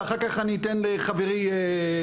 ואחר כך אני אתן לחבריי האחרים,